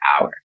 hour